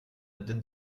dette